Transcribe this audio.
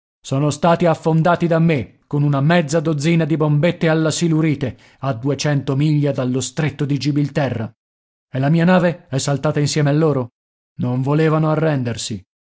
sono stati affondati da me con una mezza dozzina di bombette alla silurite a duecento miglia dallo stretto di gibilterra e la mia nave è saltata insieme a loro non volevano arrendersi